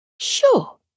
Sure